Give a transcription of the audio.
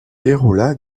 déroula